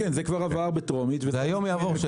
כן, זה כבר עבר בטרומית והיום זה יעבור...